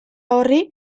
horri